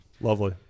Lovely